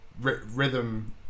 Rhythm